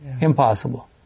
Impossible